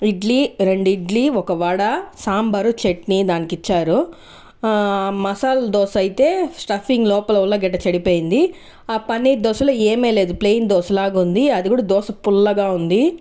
ఇడ్లీ రెండు ఇడ్లీ ఒక వడ సాంబారు చట్నీ దానికిచ్చారు మసాల్ దోశ అయితే స్టఫింగ్ లోపల ఉల్లగడ్డ చెడిపోయింది ఆ పన్నీర్ దోశలో ఏమీ లేదు ప్లేయిన్ దోశలాగ ఉంది అది కూడా దోశ పుల్లగా ఉంది